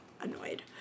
annoyed